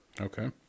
Okay